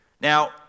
Now